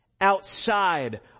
Outside